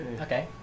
Okay